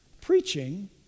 preaching